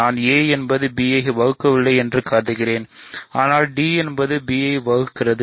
நான் a என்பது b வகுக்கவில்லை என்று கருதுகிறேன் ஆனால் d என்பது b ஐ வகுக்கிறது